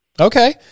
Okay